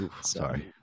Sorry